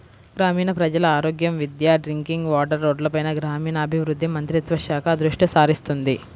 గ్రామీణ ప్రజల ఆరోగ్యం, విద్య, డ్రింకింగ్ వాటర్, రోడ్లపైన గ్రామీణాభివృద్ధి మంత్రిత్వ శాఖ దృష్టిసారిస్తుంది